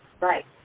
right